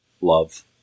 Love